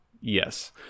yes